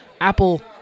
Apple